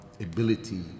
ability